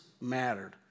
mattered